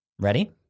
Ready